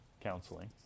counseling